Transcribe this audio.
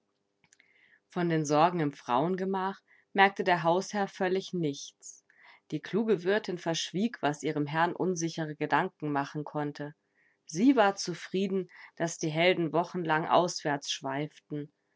von den sorgen im frauengemach merkte der hausherr völlig nichts die kluge wirtin verschwieg was ihrem herrn unsichere gedanken machen konnte sie war zufrieden daß die helden wochenlang auswärts schweiften